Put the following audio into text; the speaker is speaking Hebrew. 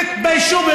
תתביישו.